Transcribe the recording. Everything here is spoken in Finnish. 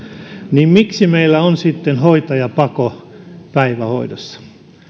niin miksi meillä on sitten hoitajapako päivähoidossa